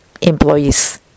employees